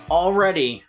already